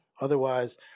Otherwise